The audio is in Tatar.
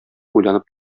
уйланып